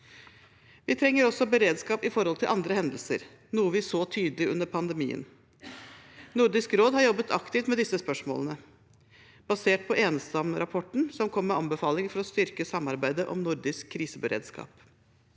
Vi trenger også beredskap for andre hendelser, noe vi så tydelig under pandemien. Nordisk råd har jobbet aktivt med disse spørsmålene basert på Enestam-rapporten, som kom med anbefalinger for å styrke samarbeidet om nordisk kriseberedskap.